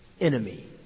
enemy